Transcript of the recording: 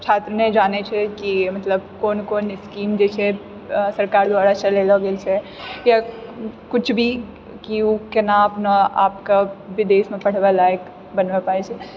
छात्र नहि जानए छै कि मतलब कोन कोन स्कीम जे छै सरकार द्वारा चलेलो गेल छै या किछु भी कि ओ केना अपना आपके विदेशमे पढ़बा लाएक बनबा पाए छै